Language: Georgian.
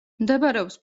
მდებარეობს